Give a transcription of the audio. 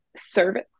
service